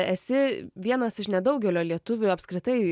esi vienas iš nedaugelio lietuvių apskritai